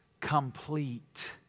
Complete